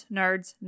nerds